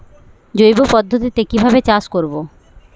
জৈব পদ্ধতিতে কিভাবে চাষ করব?